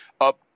up